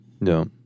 no